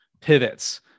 pivots